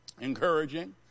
Encouraging